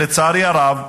לצערי הרב,